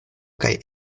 kaj